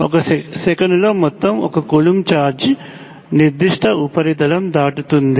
1 సెకనులో మొత్తం 1 coulomb charge నిర్దిష్ట ఉపరితలం దాటుతుంది